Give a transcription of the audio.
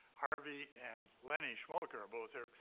harvey and lenny schmolka are both here.